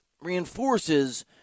reinforces